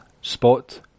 spot